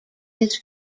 his